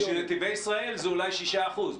בשביל נתיבי ישראל זה אולי שישה אחוזים